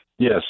Yes